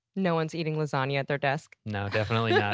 no one's eating lasagna at their desk? no definitely yeah